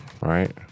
right